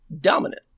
dominant